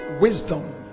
wisdom